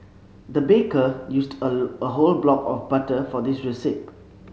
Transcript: the baker used a a whole block of butter for this receipt